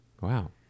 Wow